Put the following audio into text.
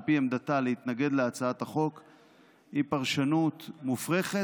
פי עמדתה להתנגד להצעת החוק היא פרשנות מופרכת,